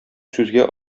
сүзгә